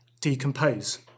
decompose